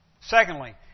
Secondly